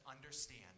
understand